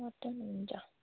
mutton हुन्छ